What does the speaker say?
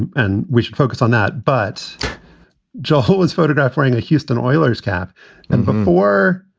and and we should focus on that. but joe, who was photographed wearing a houston oilers cap and before